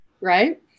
right